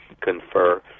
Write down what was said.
confer